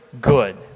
good